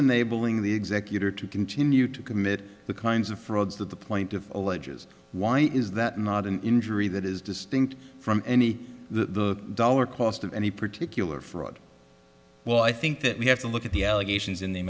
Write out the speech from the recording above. enabling the executor to continue to commit the kinds of frauds that the point of alleges why is that not an injury that is distinct from any the dollar cost of any particular fraud well i think that we have to look at the allegations in the